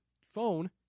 phone